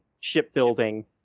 shipbuilding